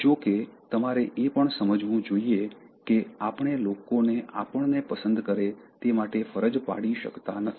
જો કે તમારે એ પણ સમજવું જોઈએ કે આપણે લોકોને આપણને પસંદ કરે તે માટે ફરજ પાડી શકતા નથી